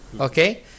okay